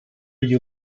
you